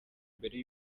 mbere